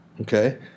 Okay